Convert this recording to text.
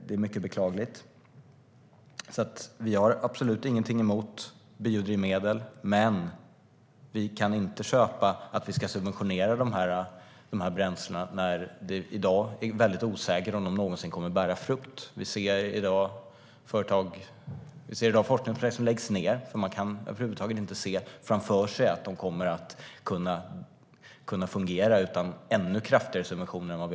Det är mycket beklagligt. Vi har absolut ingenting emot biodrivmedel, men vi kan inte köpa att bränslena ska subventioneras när det i dag är väldigt osäkert om de någonsin kommer att bära frukt. Det finns i dag företag som läggs ned eftersom man inte kan se framför sig att de kommer att kunna fungera utan ännu kraftigare subventioner.